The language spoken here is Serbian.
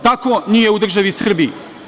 Tako nije u državi Srbiji.